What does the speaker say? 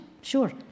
Sure